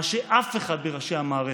מה שאף אחד מראשי המערכת,